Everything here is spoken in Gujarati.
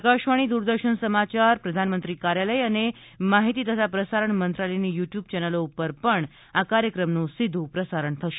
આકાશવાણી દૂરદર્શન સમાચાર પ્રધાનમંત્રી કાર્યાલય અને માહિતી તથા પ્રસારણ મંત્રાલયની યૂ ટ્યૂબ ચેનલો ઉપર પણ આ કાર્યક્રમનું સીધું પ્રસારણ થશે